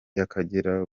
y’akagera